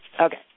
Okay